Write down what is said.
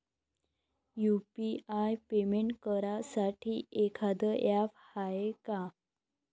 UPI payment करासाठी एखांद app हाय का?